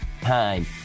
time